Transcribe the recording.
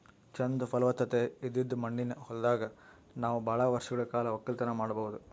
ಚಂದ್ ಫಲವತ್ತತೆ ಇದ್ದಿದ್ ಮಣ್ಣಿನ ಹೊಲದಾಗ್ ನಾವ್ ಭಾಳ್ ವರ್ಷಗಳ್ ಕಾಲ ವಕ್ಕಲತನ್ ಮಾಡಬಹುದ್